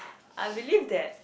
I believe that